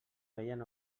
feien